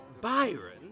Byron